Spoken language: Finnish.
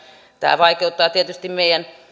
tämä vaikeuttaa tietysti meidän